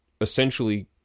essentially